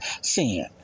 Sin